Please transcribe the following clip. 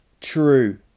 True